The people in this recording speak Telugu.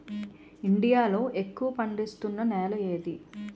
ఇండియా లో ఎక్కువ పండిస్తున్నా నేల ఏది?